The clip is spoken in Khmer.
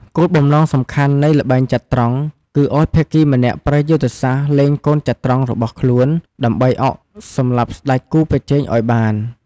គោលបំណងសំខាន់នៃល្បែងចត្រង្គ គឺឲ្យភាគីម្នាក់ប្រើយុទ្ធសាស្ត្រលេងកូនចត្រង្គរបស់ខ្លួន ដើម្បីអុកសម្លាប់ស្ដេចគូប្រជែងឲ្យបាន។